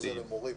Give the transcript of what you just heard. זה למורים.